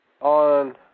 on